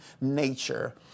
nature